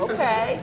Okay